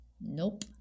nope